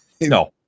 No